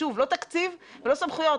לא תקציב ולא סמכויות.